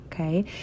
Okay